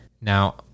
Now